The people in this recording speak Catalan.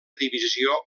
divisió